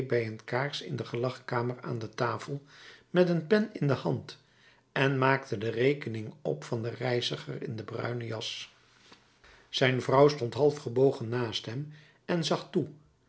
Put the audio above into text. een kaars in de gelagkamer aan de tafel met een pen in de hand en maakte de rekening op van den reiziger in de bruine jas zijn vrouw stond half gebogen naast hem en zag toe